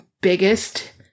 biggest